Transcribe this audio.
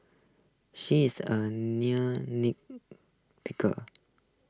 she is A near nit picker